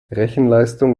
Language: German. rechenleistung